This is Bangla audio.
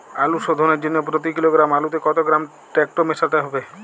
আলু শোধনের জন্য প্রতি কিলোগ্রাম আলুতে কত গ্রাম টেকটো মেশাতে হবে?